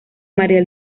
maría